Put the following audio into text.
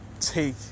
take